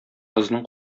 кызның